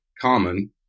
common